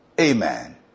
Amen